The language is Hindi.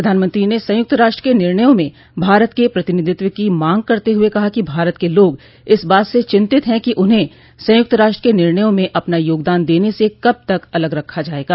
प्रधानमंत्री ने संयुक्त राष्ट्र के निर्णयों में भारत के प्रतिनिधित्व की मांग करते हुए कहा कि भारत के लोग इस बात से चितिंत हैं कि उन्हें संयुक्त राष्ट्र के निर्णयों में अपना योगदान देने से कब तक अलग रखा जायेगा